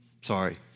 Sorry